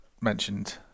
mentioned